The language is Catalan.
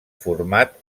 format